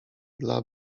dla